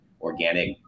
organic